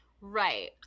Right